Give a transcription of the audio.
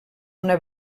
una